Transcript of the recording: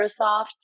Microsoft